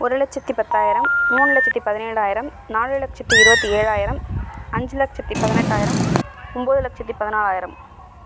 ஒரு லட்சத்தி பத்தாயிரம் மூணு லட்சத்தி பதினேழாயிரம் நாலு லட்சத்தி இருபத்தி ஏழாயிரம் அஞ்சு லட்சத்தி பதினெட்டாயிரம் ஒம்பது லட்சத்தி பதினாலாயிரம்